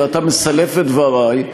ואתה מסלף את דברי,